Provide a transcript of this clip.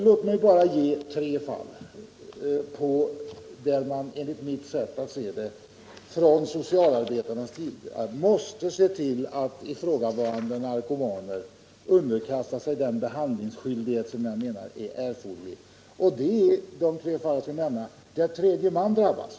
Låt mig bara nämna tre fall där socialarbetarna, enligt mitt sätt att se, måste se till att ifrågavarande narkomaner underkastar sig den behandlingsskyldighet som jag menar är erforderlig. Jag avser sådana fall där tredje man drabbas.